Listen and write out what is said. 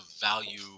value